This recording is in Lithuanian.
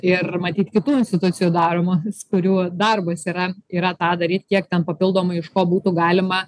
ir matyt kitų institucijų daroma svarių darbas yra yra tą daryt kiek ten papildomai iš ko būtų galima